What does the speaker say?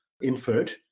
inferred